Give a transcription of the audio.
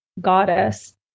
goddess